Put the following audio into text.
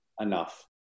Enough